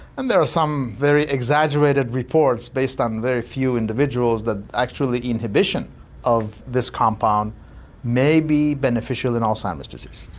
and there are some very exaggerated reports based on very few individuals that actually inhibition of this compound may be beneficial in alzheimer's disease.